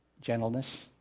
gentleness